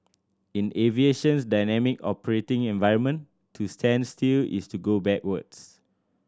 in aviation's dynamic operating environment to stand still is to go backwards